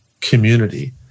community